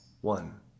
one